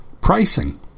pricing